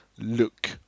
look